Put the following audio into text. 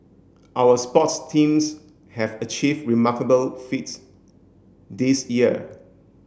our sports teams have achieved remarkable feats this year